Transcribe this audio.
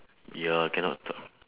ya cannot talk